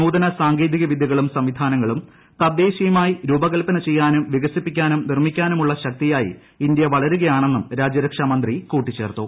നൂതന സാങ്കേതിക വിദ്യകളും സംവിധാനങ്ങളും തദ്ദേശീയമായി രൂപകല്പന ചെയ്യാനും വികസിപ്പിക്കാനും നിർമ്മിക്കാനുമുള്ള ശക്തിയായി ഇന്ത്യ വളരുകയാണെന്നും രാജ്യരക്ഷാ മന്ത്രി കൂട്ടിച്ചേർത്തു